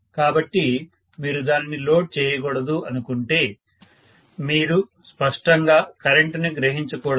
కాబట్టి మీరు దానిని లోడ్ చేయకూడదు అనుకుంటే మీరు స్పష్టంగా కరెంట్ని గ్రహించకూడదు